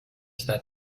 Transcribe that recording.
that